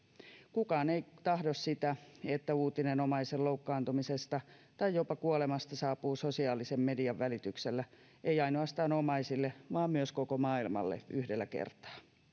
kukaan ei tahdo sitä että uutinen omaisen loukkaantumisesta tai jopa kuolemasta saapuu sosiaalisen median välityksellä ei ainoastaan omaisille vaan myös koko maailmalle yhdellä kertaa